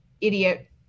idiot